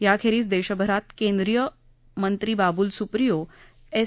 याखेरीज देशभरात केंद्रीयमंत्री बाबुल सुप्रियो एस